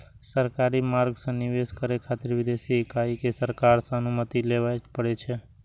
सरकारी मार्ग सं निवेश करै खातिर विदेशी इकाई कें सरकार सं अनुमति लेबय पड़ै छै